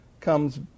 comes